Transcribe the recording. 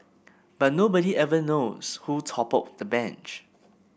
but nobody ever knows who toppled the bench